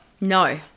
No